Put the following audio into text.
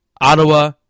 Ottawa